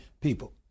people